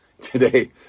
Today